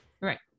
Right